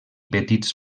petits